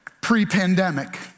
pre-pandemic